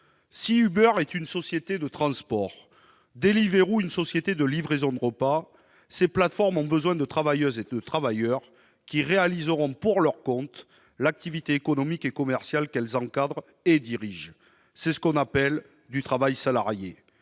Si Uber est une société de transport, Deliveroo une société de livraison de repas, ces plateformes ont besoin des travailleuses et des travailleurs qui réaliseront, pour leur compte, l'activité économique et commerciale qu'elles encadrent et dirigent. C'est ce que l'on appelle du travail salarié.